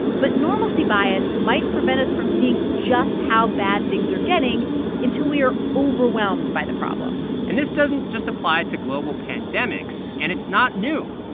but normalcy bias might prevent us from seeing just how bad things are getting until we are overwhelmed by the problem and this doesn't just apply to global pandemics, and it's not new.